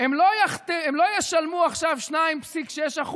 לא ישלמו עכשיו 2.6%,